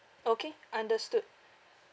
okay understood